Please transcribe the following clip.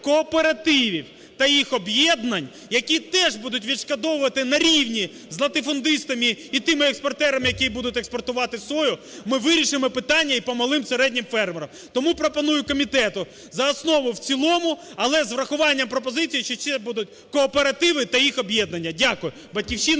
кооперативів та їх об'єднань, які теж будуть відшкодовувати на рівні з латифундистами і тими експортерами, які будуть експортувати сою, ми вирішимо питання і по малим, середнім фермерам. Тому пропоную комітету за основу, в цілому, але із врахуванням пропозицій, чи це будуть кооперативи та їх об'єднання. Дякую.